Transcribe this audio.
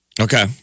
Okay